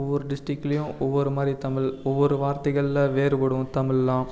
ஒவ்வொரு டிஸ்டிக்லியும் ஒவ்வொரு மாதிரி தமிழ் ஒவ்வொரு வார்த்தைகளில் வேறுபடும் தமிழ்லாம்